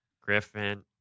Griffin